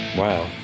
Wow